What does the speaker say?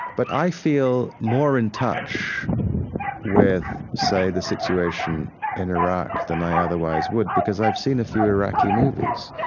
but i feel more in touch with, say, the situation in iraq than i otherwise would because i've seen a few iraqi movies.